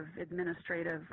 administrative